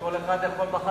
שכל אחד יכול מחר,